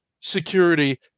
security